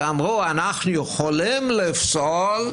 שאמרו: אנחנו יכולים לפסול,